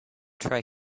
try